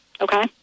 Okay